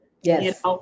Yes